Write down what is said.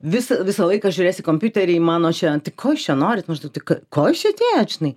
vis visą laiką žiūrės į kompiuterį į mano čia tai ko jūs čia norit maždaug tai ka ko jūs čia atėjot žinai